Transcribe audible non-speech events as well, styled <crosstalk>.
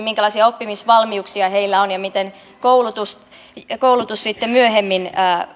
<unintelligible> minkälaisia oppimisvalmiuksia heillä myöhemmin on ja miten koulutus sitten myöhemmin